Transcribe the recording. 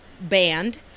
band